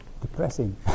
depressing